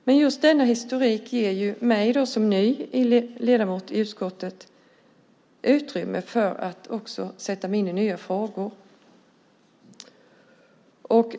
Men just denna historik ger mig som ny ledamot i utskottet utrymme för att sätta mig in i nya frågor.